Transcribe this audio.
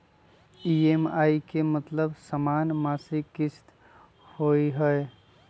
EMI के मतलब समान मासिक किस्त होहई?